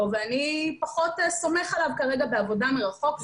ואני פחות סומך עליו כרגע בעבודה מרחוק,